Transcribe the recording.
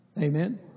Amen